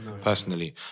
personally